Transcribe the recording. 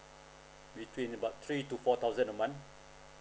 between about three to four thousand a month